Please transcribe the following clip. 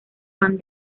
fan